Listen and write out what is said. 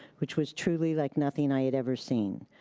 which was truly like nothing i had ever seen.